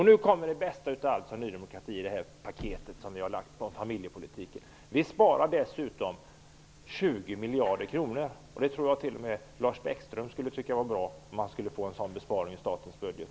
Nu kommer det bästa av allt som Ny demokrati har i det paket som vi har lagt fram om familjepolitiken: Vi sparar dessutom 20 miljarder kronor. Jag tror att t.o.m. Lars Bäckström skulle tycka att det var bra om man fick en sådan besparing i statens budget.